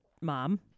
mom